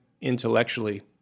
intellectually